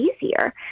easier